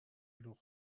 لخت